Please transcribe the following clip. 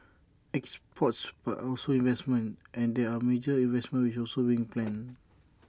exports but also investments and there are major investments which are solving planned